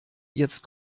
jetzt